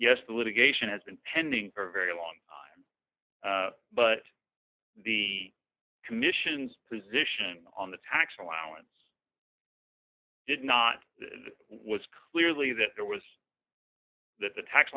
the litigation has been pending for very long time but the commission's position on the tax allowance did not was clearly that there was that the tax